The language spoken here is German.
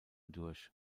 durch